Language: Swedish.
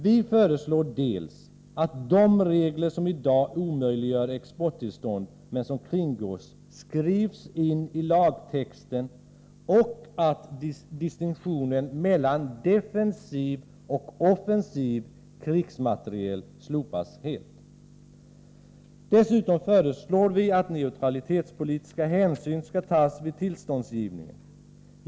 Vi föreslår dels att de regler som i dag omöjliggör exporttillstånd — men som kringgås — skrivs in i lagtexten och att distinktionen mellan defensiv och offensiv krigsmateriel slopas helt. Dessutom föreslår vi att neutralitetspolitiska hänsyn skall tas vid tillståndsgivningen.